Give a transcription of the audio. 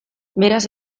beraz